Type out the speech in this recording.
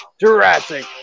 Jurassic